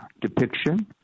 depiction